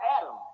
Adam